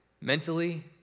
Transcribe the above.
Mentally